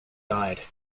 died